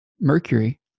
Mercury